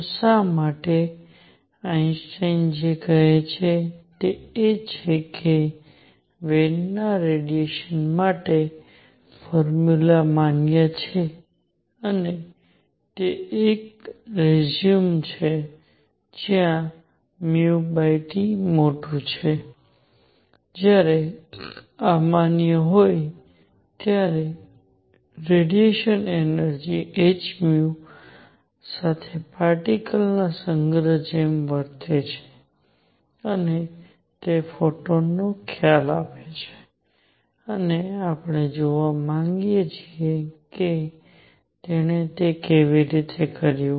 તો શા માટે આઇન્સ્ટાઇન જે કહે છે તે એ છે કે વેનના રેડિયેશન માટેની ફોર્મ્યુલા માન્ય છે અને તે એક રેઝ્યુમ છે જ્યાં νT મોટું છે જ્યારે આ માન્ય હોય છે ત્યારે રેડિયેશન એનર્જી h સાથે પાર્ટીકલ્સ ના સંગ્રહની જેમ વર્તે છે અને તે ફોટોનનો ખ્યાલ આપે છે અને આપણે જોવા માંગીએ છીએ કે તેણે તે કેવી રીતે કર્યું